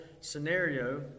scenario